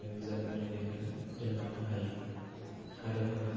जों बिजाब महरै लिरनानै दोनलांनो हायो हादों आरो